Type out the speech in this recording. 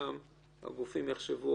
לבדוק שהאדם שחתם הוא אותו אדם שהצהיר.